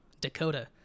Dakota